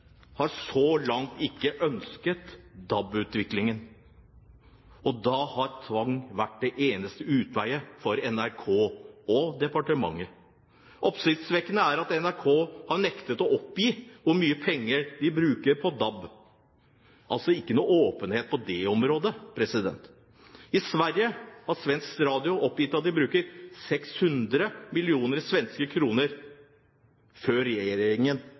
har så langt ikke ønsket DAB-utviklingen. Da har tvang vært den eneste utveien for NRK og departementet. Oppsiktsvekkende er det at NRK har nektet å oppgi hvor mye penger de bruker på DAB. Det er altså ingen åpenhet på det området. I Sverige har Svensk Radio oppgitt at de brukte 600 mill. svenske kr før